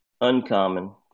uncommon